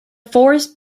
forest